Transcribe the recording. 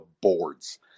boards